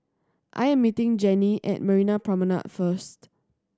I am meeting Jannie at Marina Promenade first